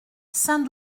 saint